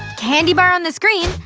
candy bar on the screen,